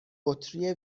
بطری